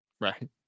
Right